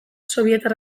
sobietar